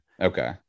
Okay